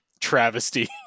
travesty